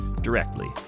directly